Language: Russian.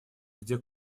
где